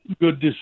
good